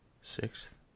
sixth